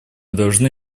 должны